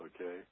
Okay